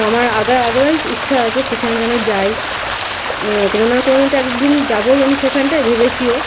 আমার আগোড়াই ইচ্ছা আছে সেখানে যেন যাই কোনো না কোনো তো একদিন যাবোই আমি সেখানটায় ভেবেছিও